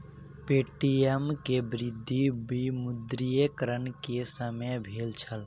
Paytm के वृद्धि विमुद्रीकरण के समय भेल छल